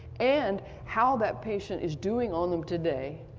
and how that patient is doing on them today,